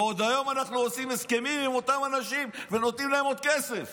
ועוד היום אנחנו עושים הסכמים עם אותם אנשים ונותנים להם עוד כסף